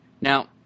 Now